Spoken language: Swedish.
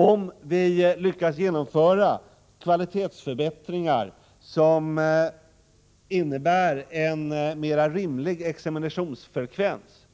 Om vi lyckas genomföra kvalitetsförbättringar som innebär en mer rimlig examinationsfrekvens